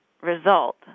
result